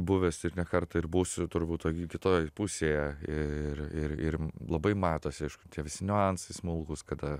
buvęs ir ne kartą ir būsiu turbūt toj kitoj pusėje ir ir ir labai matosi aišku tie visi niuansai smulkūs kada